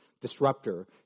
disruptor